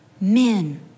men